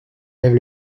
lève